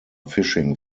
fishing